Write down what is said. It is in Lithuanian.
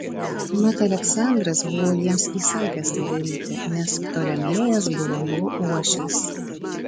mat aleksandras buvo jiems įsakęs tai daryti nes ptolemėjas buvo jo uošvis